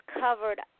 covered